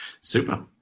Super